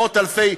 מאות אלפים,